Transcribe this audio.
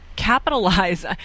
Capitalize